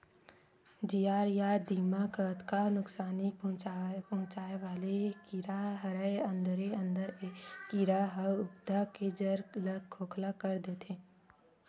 जियार या दिमक अतका नुकसानी पहुंचाय वाले कीरा हरय अंदरे अंदर ए कीरा ह पउधा के जर ल खोखला कर देथे